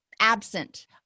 absent